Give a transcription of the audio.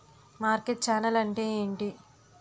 Market channel అంటే ఏంటి?